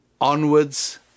onwards